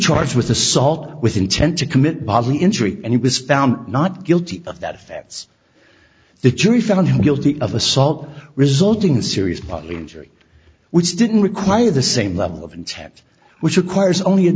charged with assault with intent to commit bodily injury and he was found not guilty of that affects the jury found him guilty of assault resulting in serious bodily injury which didn't require the same level of intent which requires only a